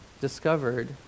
discovered